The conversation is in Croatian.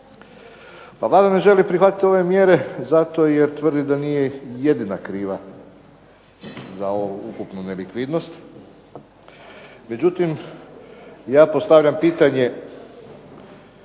Pa Vlada ne želi prihvatiti ove mjere zato jer tvrdi da nije jedina kriva za ovu ukupnu nelikvidnost. Međutim, ja postavljam pitanje